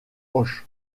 auch